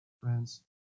friends